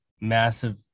massive